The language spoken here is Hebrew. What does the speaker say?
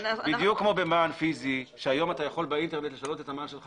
בדיוק כמו מען פיזי שהיום אתה יכול באינטרנט לשנות את המען שלך